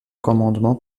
commandement